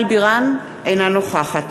אינה נוכחת